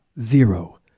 zero